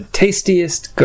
tastiest